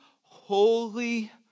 holy